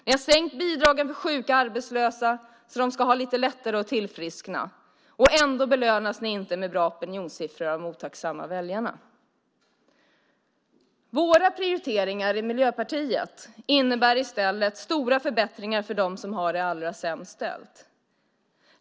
Ni har sänkt bidragen för sjuka och arbetslösa så att de ska ha lite lättare att tillfriskna. Och ändå belönas ni inte med bra opinionssiffror av de otacksamma väljarna. Våra prioriteringar i Miljöpartiet innebär i stället stora förbättringar för dem som har det allra sämst ställt.